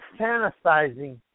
fantasizing